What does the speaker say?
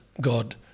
God